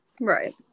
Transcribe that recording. Right